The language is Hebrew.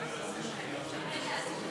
אינו נוכח אימאן ח'טיב יאסין,